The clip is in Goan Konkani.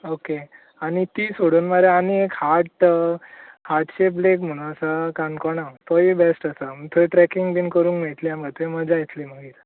ऑके आनी ती सोडून मरे आनी एक हार्ट हार्ट शेप लॅक म्हणून आसा काणकोणा तोवूय बॅस्ट आसा थंय ट्रेकिंग बीन करूंक मेळटली आमका थंय मजा येतली मागीर